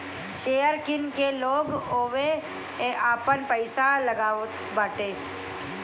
share किन के लोग ओमे आपन पईसा लगावताटे